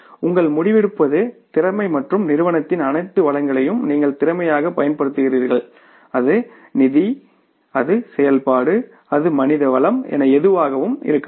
உங்கள் முடிவெடுப்பது திறமை மற்றும் நிறுவனத்தின் அனைத்து வளங்களையும் நீங்கள் திறமையாகப் பயன்படுத்துகிறீர்கள் அது நிதி அது செயல்பாடு அது மனிதவளம் என எதுவாகவும் இருக்கலாம்